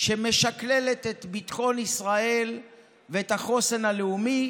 שמשקללת את ביטחון ישראל ואת החוסן הלאומי,